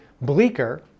bleaker